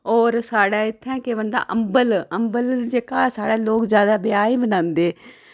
और साढ़े इत्थै केह् बनदा अम्बल अम्बल जेह्का साढ़ै लोग जैदा ब्याह ई बनांदे